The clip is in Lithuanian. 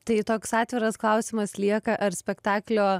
tai toks atviras klausimas lieka ar spektaklio